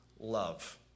love